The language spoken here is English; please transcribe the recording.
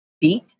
feet